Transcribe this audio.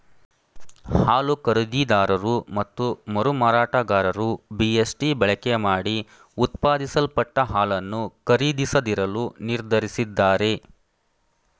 ಹಾಲು ಖರೀದಿದಾರರು ಮತ್ತು ಮರುಮಾರಾಟಗಾರರು ಬಿ.ಎಸ್.ಟಿ ಬಳಕೆಮಾಡಿ ಉತ್ಪಾದಿಸಲ್ಪಟ್ಟ ಹಾಲನ್ನು ಖರೀದಿಸದಿರಲು ನಿರ್ಧರಿಸಿದ್ದಾರೆ